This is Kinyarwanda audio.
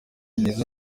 nizzo